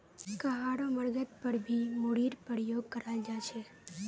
कहारो मर्गत पर भी मूरीर प्रयोग कराल जा छे